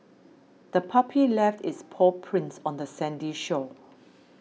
the puppy left its paw prints on the sandy shore